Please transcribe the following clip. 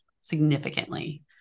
significantly